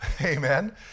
amen